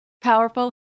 powerful